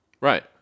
right